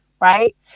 right